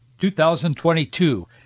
2022